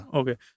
okay